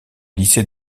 lycée